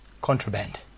Contraband